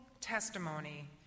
testimony